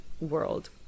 world